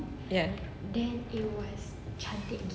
ya